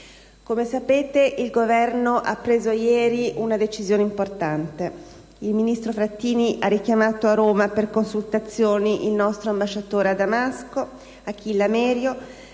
Come sapete, il Governo ha preso ieri una decisione importante: il ministro Frattini ha richiamato a Roma, per consultazioni, il nostro ambasciatore a Damasco Achille Amerio,